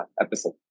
episode